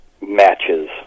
matches